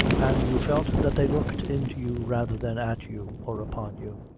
and you felt that they looked into you rather than at you or upon you.